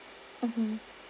mmhmm